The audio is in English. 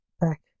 back